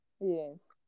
Yes